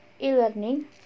e-learning